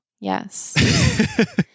Yes